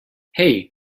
hey